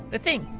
the thing.